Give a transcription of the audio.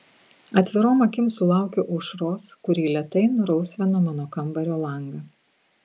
atvirom akim sulaukiau aušros kuri lėtai nurausvino mano kambario langą